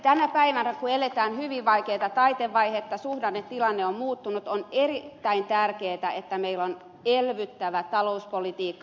tänä päivänä kun eletään hyvin vaikeata taitevaihetta suhdannetilanne on muuttunut on erittäin tärkeätä että meillä on elvyttävä talouspolitiikka